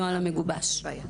את הנוהל המגובש עד השבוע הבא.